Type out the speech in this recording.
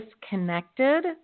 disconnected